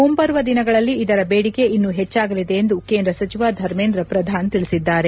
ಮುಂಬರುವ ದಿನಗಳಲ್ಲಿ ಇದರ ಬೇಡಿಕೆ ಇನ್ನೂ ಹೆಚ್ಚಾಗಲಿದೆ ಎಂದು ಕೇಂದ್ರ ಸಚಿವ ಧಮೇಂದ್ರ ಪ್ರಧಾನ್ ತಿಳಿಸಿದ್ದಾರೆ